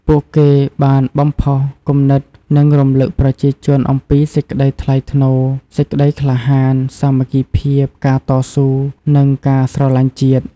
ពួកគេបានបំផុសគំនិត និងរំឭកប្រជាជនអំពី សេចក្តីថ្លៃថ្នូរ សេចក្តីក្លាហាន សាមគ្គីភាព ការតស៊ូ និងការស្រឡាញ់ជាតិ។